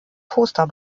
poster